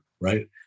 Right